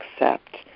accept